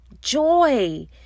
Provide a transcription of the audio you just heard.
joy